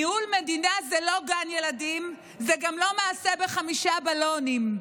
ניהול מדינה זה לא גן ילדים וגם לא מעשה בחמישה בלונים.